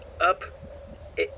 Up